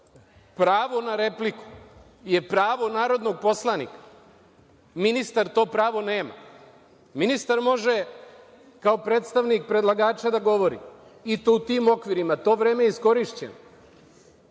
Pravo na repliku je pravo narodnog poslanika. Ministar to pravo nema. Ministar može, kao predstavnik predlagača da govori, i to u tim okvirima. To vreme je iskorišćeno. Dakle,